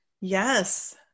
Yes